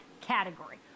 category